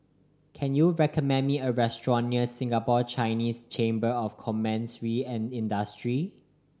can you recommend me a restaurant near Singapore Chinese Chamber of Commerce and Industry